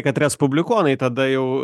kad respublikonai tada jau